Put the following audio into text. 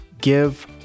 give